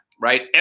right